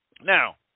Now